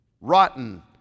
Rotten